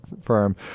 firm